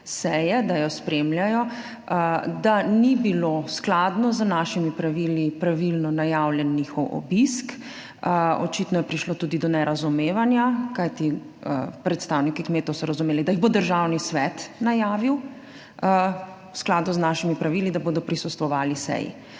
seje, da jo spremljajo, da ni bil skladno z našimi pravili pravilno najavljen njihov obisk. Očitno je prišlo tudi do nerazumevanja, kajti predstavniki kmetov so razumeli, da jih bo Državni svet najavil v skladu z našimi pravili, da bodo prisostvovali seji.